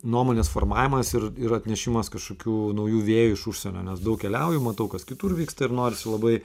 nuomonės formavimas ir ir atnešimas kažkokių naujų vėjų iš užsienio nes daug keliauju matau kas kitur vyksta ir norisi labai